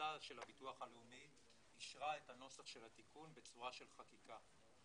המועצה של הביטוח הלאומי אישרה את הנוסח של התיקון בצורה של חקיקה.